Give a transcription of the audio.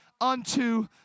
unto